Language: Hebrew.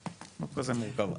מורכב.